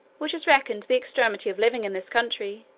which is reckoned the extremity of living in this country,